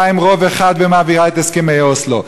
עם רוב אחד והיא מעבירה את הסכמי אוסלו.